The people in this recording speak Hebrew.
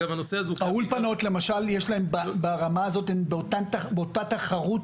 האולפנות למשל, יש להן ברמה הזאת, הן באותה תחרות?